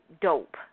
dope